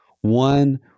one